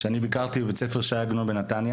אספר לך שביקרתי בבית ספר ש"י עגנון בנתניה.